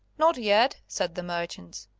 not yet, said the merchants,